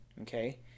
Okay